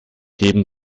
heben